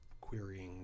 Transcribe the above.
querying